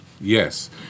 Yes